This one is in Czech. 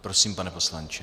Prosím, pane poslanče.